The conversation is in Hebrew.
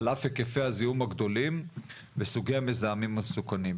על אף היקפי הזיהום הגדולים וסוגי המזהמים המסוכנים.